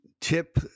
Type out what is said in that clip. tip